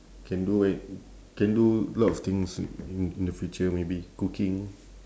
can do a~ can do a lot of things in in the future maybe cooking